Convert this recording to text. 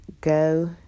Go